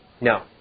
No